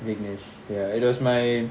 Vignesh okay smile